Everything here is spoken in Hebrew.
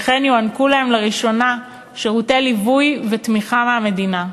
וכן יוענקו להם לראשונה שירותי ליווי ותמיכה מהמדינה.